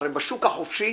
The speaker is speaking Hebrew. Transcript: הצענו הרבה מאוד פתרונות,